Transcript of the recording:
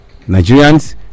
nigerians